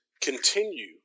continue